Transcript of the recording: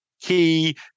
key